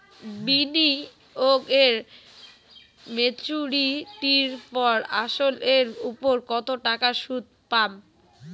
বিনিয়োগ এ মেচুরিটির পর আসল এর উপর কতো টাকা সুদ পাম?